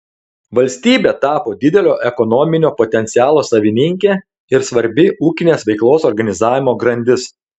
valstybė tapo didelio ekonominio potencialo savininkė ir svarbi ūkinės veiklos organizavimo grandis